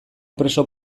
preso